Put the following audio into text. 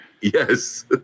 Yes